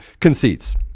concedes